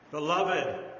Beloved